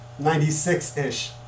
96-ish